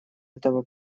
этого